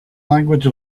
language